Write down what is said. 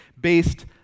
based